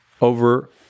over